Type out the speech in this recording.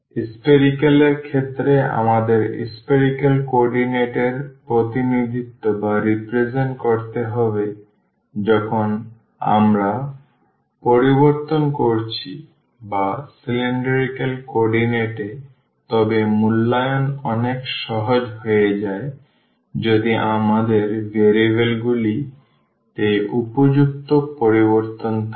spherical এর ক্ষেত্রে আমাদের spherical কোঅর্ডিনেট এর প্রতিনিধিত্ব করতে হবে যখন আমরা পরিবর্তন করছি বা cylindrical কোঅর্ডিনেট এ তবে মূল্যায়ন অনেক সহজ হয়ে যায় যদি আমাদের ভেরিয়েবলগুলিতে উপযুক্ত পরিবর্তন থাকে